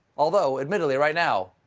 although, admittedly, right now,